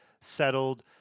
settled